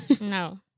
No